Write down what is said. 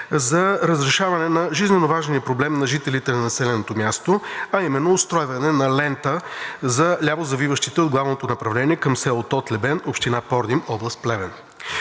за разрешаване на жизненоважния проблем на жителите на населеното място, а именно устройване на лента за лявозавиващите от главното направление към село Тотлебен, община Пордим, област Плевен.